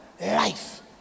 life